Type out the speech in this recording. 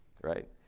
right